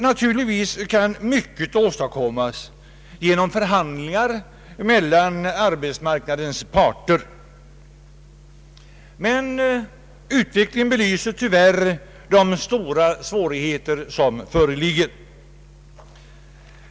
Naturligtvis kan mycket åstadkommas genom förhandlingar mellan arbetsmarknadens parter, men utvecklingen belyser de stora svårigheter som tyvärr föreligger.